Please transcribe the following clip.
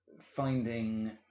finding